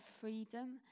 freedom